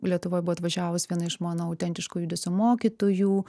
lietuvoj buvo atvažiavus viena iš mano autentiško judesio mokytojų